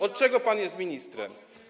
Od czego pan jest ministrem?